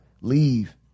leave